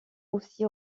aussi